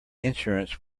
insurance